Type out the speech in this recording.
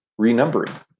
renumbering